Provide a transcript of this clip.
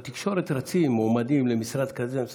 בתקשורת רצים מועמדים למשרד כזה או לאחר.